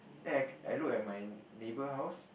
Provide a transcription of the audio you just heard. then I I look at my neighbour house